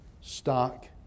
stock